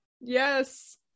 Yes